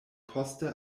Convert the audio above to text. poste